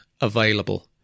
available